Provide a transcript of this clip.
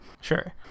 Sure